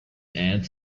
and